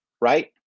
Right